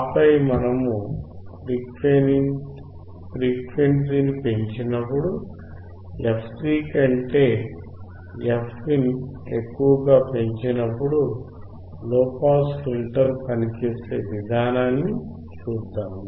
ఆపై మనము ఫ్రీక్వెన్సీని పెంచినప్పుడు fc కంటే fin ఎక్కువ గా పెంచినప్పుడు లోపాస్ ఫిల్టర్ పనిచేసే విధానాన్ని చూద్దాము